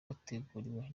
wateguriwe